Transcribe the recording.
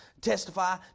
testify